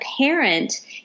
parent